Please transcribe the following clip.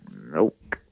Nope